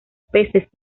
peces